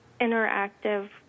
interactive